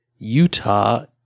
Utah